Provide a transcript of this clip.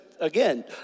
again